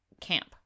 camp